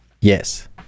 Yes